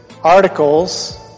articles